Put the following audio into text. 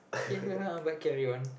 okay but carry on